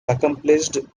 accomplished